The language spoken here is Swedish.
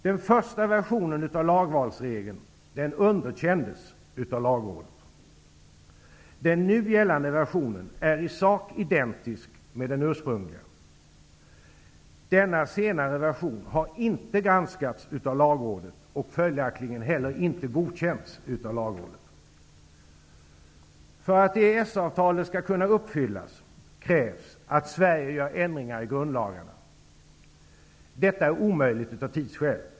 Den första versionen av lagvalsregeln underkändes av lagrådet. Den nu gällande versionen är i sak identisk med den ursprungliga. Denna senare version har inte granskats av lagrådet och följaktligen heller inte godkänts av lagrådet. För att EES-avtalet skall kunna uppfyllas, krävs att Sverige gör ändringar i grundlagarna. Detta är omöjligt av tidsskäl.